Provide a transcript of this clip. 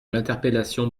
l’interpellation